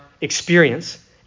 experience